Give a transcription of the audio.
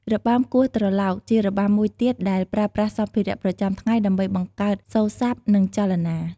របាំគ្រោះត្រឡោក ជារបាំមួយទៀតដែលប្រើប្រាស់សម្ភារៈប្រចាំថ្ងៃដើម្បីបង្កើតសូរស័ព្ទ និងចលនា។